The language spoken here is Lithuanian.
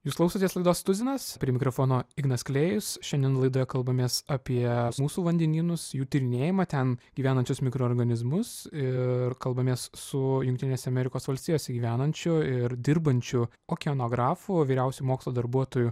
jūs klausotės laidos tuzinas prie mikrofono ignas klėjus šiandien laidoje kalbamės apie mūsų vandenynus jų tyrinėjimą ten gyvenančius mikroorganizmus ir kalbamės su jungtinėse amerikos valstijose gyvenančiu ir dirbančiu okeanografu vyriausiu mokslo darbuotoju